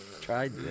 tried